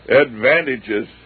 advantages